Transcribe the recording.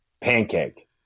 Pancake